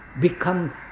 become